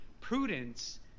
prudence